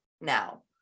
now